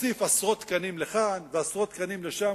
הוסיף עשרות תקנים לכאן ועשרות תקנים לשם,